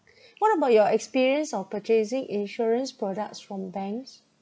what about your experience of purchasing insurance products from banks